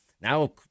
Now